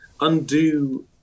undo